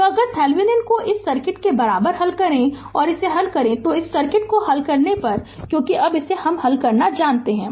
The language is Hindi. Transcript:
तो अगर थेवेनिन को इस सर्किट के बराबर हल करें अगर इसे हल करें तो इस सर्किट को हल करें क्योंकि अब इसे हल करना जानते हैं